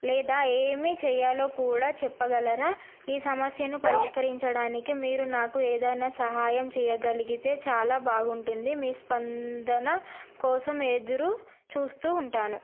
లేదా ఏమీ చేయాలో కూడా చెప్పగలరా ఈ సమస్యను పరిష్కరించడానికి మీరు నాకు ఏదైనా సహాయం చేయగలిగితే చాలా బాగుంటుంది మీ స్పందన కోసం ఎదురు చూస్తూ ఉంటాను